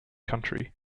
country